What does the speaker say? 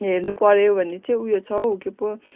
हेर्नुपऱ्यो भने चाहिँ उयो छ हौ के पो